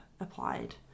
applied